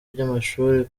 by’amashuri